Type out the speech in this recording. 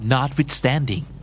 Notwithstanding